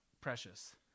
Precious